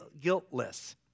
guiltless